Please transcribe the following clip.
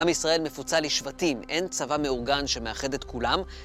עם ישראל מפוצל לשבטים, אין צבא מאורגן שמאחד את כולם